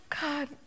God